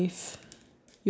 what are the